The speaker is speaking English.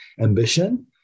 ambition